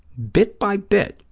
bit by bit,